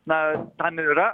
na tam yra